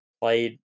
played